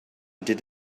did